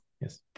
yes